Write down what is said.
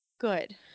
Good